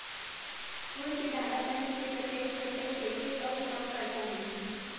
फूल के डारा मन के कटई छटई कइसे अउ कब करना हे?